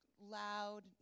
loud